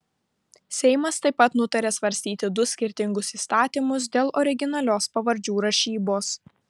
seimas taip pat nutarė svarstyti du skirtingus įstatymus dėl originalios pavardžių rašybos